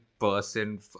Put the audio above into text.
person